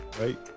right